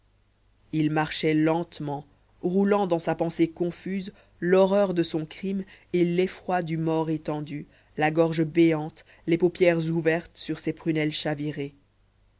il marchait lentement roulant dans sa pensée confuse l'horreur de son crime et l'effroi du mort étendu la gorge béante les paupières ouvertes sur ses prunelles chavirées